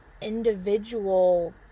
Individual